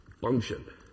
function